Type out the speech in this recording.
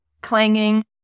clanging